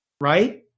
right